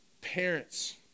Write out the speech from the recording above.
parents